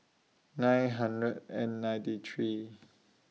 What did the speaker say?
nine hundred and ninety three